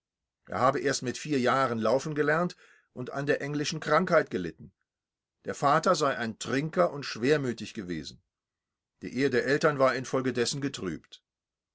er habe erst mit vier jahren laufen gelernt und an der englischen krankheit gelitten der vater sei ein trinker und schwermütig gewesen die ehe der eltern war infolgedessen getrübt